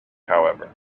however